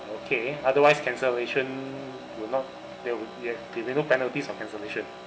okay otherwise cancellation will not they would you have penalties on cancellation